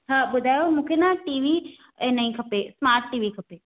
हा ॿुधायो मूंखे ना टी वी ऐं नई खपे स्मार्ट टी वी खपे